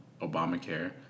Obamacare